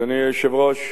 אדוני היושב-ראש,